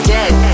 Dead